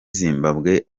zimbabwe